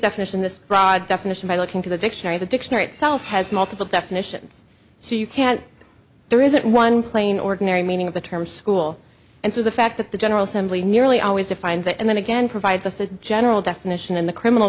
definition this broad definition by looking to the dictionary the dictionary itself has multiple definitions so you can't there isn't one plain ordinary meaning of the term school and so the fact that the general assembly nearly always defines it and then again provides us the general definition in the criminal